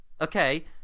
okay